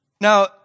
Now